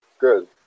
Good